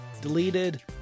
deleted